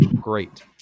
great